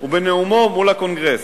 ובנאומו מול הקונגרס.